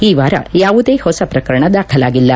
ಈ ವಾರ ಯಾವುದೇ ಹೊಸ ಪ್ರಕರಣ ದಾಖಲಾಗಿಲ್ಲ